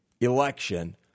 election